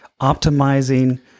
optimizing